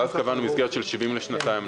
ואז קבענו מסגרת של 70 לשנתיים.